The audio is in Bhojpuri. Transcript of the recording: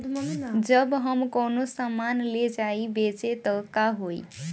जब हम कौनो सामान ले जाई बेचे त का होही?